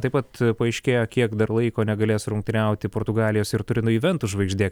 taip pat paaiškėjo kiek dar laiko negalės rungtyniauti portugalijos ir turino juventus žvaigždė